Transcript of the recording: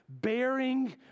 Bearing